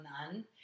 none